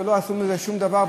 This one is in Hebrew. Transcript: לא עשו מזה שום דבר,